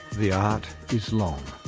the art is long.